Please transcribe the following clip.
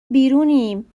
بیرونیم